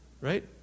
Right